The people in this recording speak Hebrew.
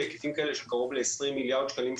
קצא"א נותנת ערבויות בהיקפים כאלה של קרוב ל-20 מיליארד שקלים,